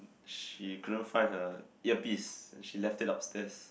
she couldn't find her earpiece and she left it upstairs